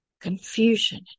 confusion